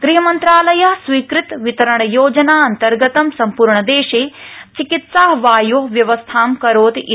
ग़हमन्त्रालय स्वीकृत वितरण योजना अधीनं सम्पूर्ण देशे चिकित्सा वायो व्यवस्थां करोति इति